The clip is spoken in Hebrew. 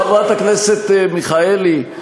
חברת הכנסת מיכאלי,